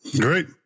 Great